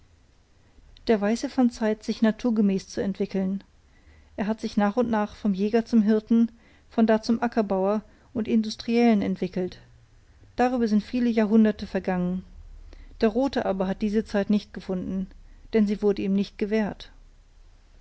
der weiße fand zeit sich naturgemäß zu entwickeln er hat sich nach und nach vom jäger zum hirten von da zum ackerbauer und industriellen entwickelt darüber sind viele jahrhunderte vergangen der rote aber hat diese zeit nicht gefunden denn sie wurde ihm nicht gewährt